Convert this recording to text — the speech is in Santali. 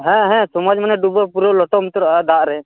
ᱦᱮᱸ ᱦᱮᱸ ᱥᱚᱢᱟᱡ ᱢᱟᱱᱮ ᱰᱩᱵᱟᱹ ᱯᱩᱨᱟᱹ ᱞᱚᱴᱚᱢ ᱟᱹᱨᱚᱜᱼᱟ ᱫᱟᱜ ᱨᱮ